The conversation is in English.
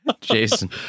Jason